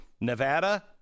Nevada